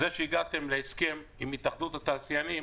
זה שהגעתם להסכם עם התאחדות התעשיינים